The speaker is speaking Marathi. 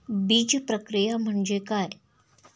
बीजप्रक्रिया म्हणजे काय?